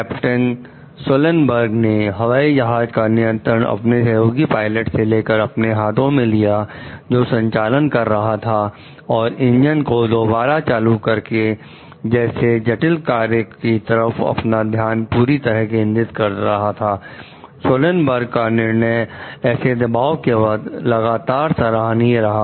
captain Sullenberger का निर्णय ऐसे दबाव के वक्त लगातार सराहनीय रहा